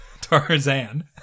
Tarzan